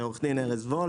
אני עו"ד ארז וול,